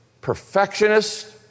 perfectionist